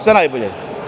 Sve najbolje.